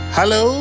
Hello